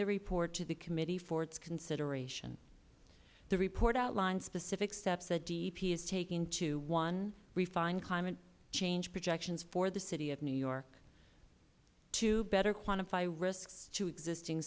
the report to the committee for its consideration the report outlines specific steps that dep has taken to one refine climate change projections for the city of new york two better quantify risks to existing